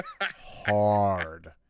Hard